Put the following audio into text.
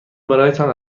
برایتان